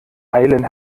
eilen